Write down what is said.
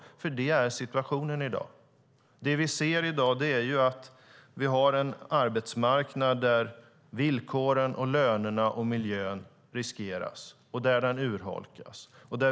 Det vi ser i dag är en arbetsmarknad där villkoren, lönerna och miljön riskeras och urholkas.